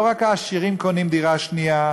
לא רק העשירים קונים דירה שנייה,